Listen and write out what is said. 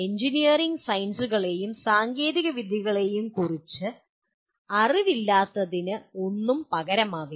engineering സയൻസുകളെയും സാങ്കേതികവിദ്യകളെയും കുറിച്ചുള്ള അറിവില്ലാത്തതിന് ഒന്നും പകരമാവില്ല